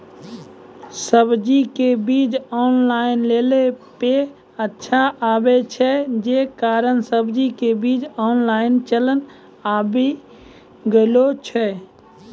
सब्जी के बीज ऑनलाइन लेला पे अच्छा आवे छै, जे कारण सब्जी के बीज ऑनलाइन चलन आवी गेलौ छै?